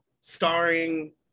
starring